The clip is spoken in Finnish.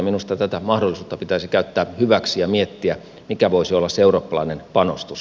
minusta tätä mahdollisuutta pitäisi käyttää hyväksi ja miettiä mikä voisi olla se eurooppalainen panostus